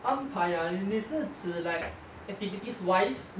安排 ah 你是指 like activities wise